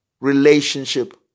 relationship